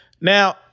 Now